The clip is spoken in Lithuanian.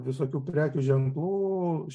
visokių prekių ženklų